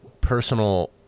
personal